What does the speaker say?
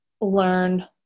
learn